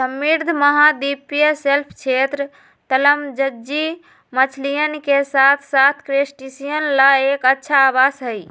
समृद्ध महाद्वीपीय शेल्फ क्षेत्र, तलमज्जी मछलियन के साथसाथ क्रस्टेशियंस ला एक अच्छा आवास हई